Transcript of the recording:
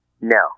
No